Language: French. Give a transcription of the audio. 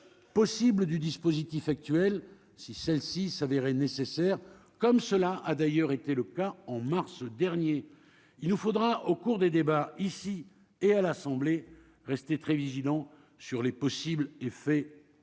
possible du dispositif actuel, si celle-ci s'avérait nécessaire, comme cela a d'ailleurs été le cas en mars dernier, il nous faudra au cours des débats ici et à l'Assemblée, rester très vigilant sur les possibles effets